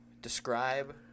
describe